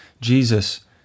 Jesus